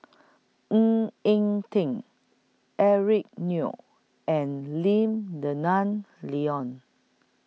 Ng Eng Teng Eric Neo and Lim Denan Denon